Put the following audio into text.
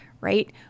Right